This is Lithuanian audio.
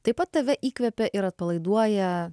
taip pat tave įkvepia ir atpalaiduoja